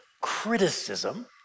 criticism